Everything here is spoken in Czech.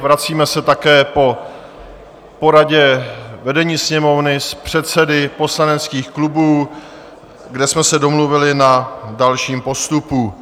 Vracíme se také po poradě vedení Sněmovny s předsedy poslaneckých klubů, kde jsme se domluvili na dalším postupu.